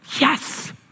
Yes